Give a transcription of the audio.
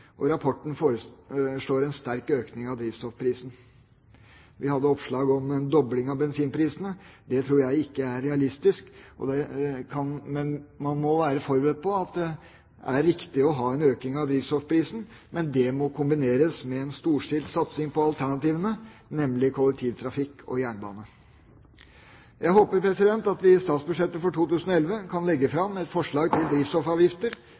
og rapporten foreslår en sterk økning av drivstoffprisen. Vi hadde oppslag om en dobling av bensinprisene. Det tror jeg ikke er realistisk. Man må være forberedt på at det er riktig å ha en økning av drivstoffprisen, men det må kombineres med en storstilt satsing på alternativene, nemlig kollektivtrafikk og jernbane. Jeg håper at vi i statsbudsjettet for 2011 kan legge fram et forslag til drivstoffavgifter